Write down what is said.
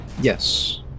Yes